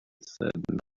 said